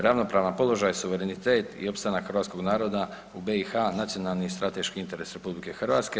Ravnopravan položaj, suverenitet i opstanak hrvatskog naroda u BiH nacionalni je i strateški interes RH.